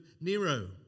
Nero